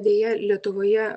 deja lietuvoje